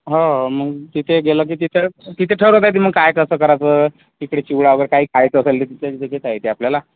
हो मग तिथे गेलं की तिथे तिथे ठरवता येते मग काय कसं करायचं तिकडे चिवडा वगैरे काही खायचं असेल ते तिथल्या तिथे घेता येते आपल्याला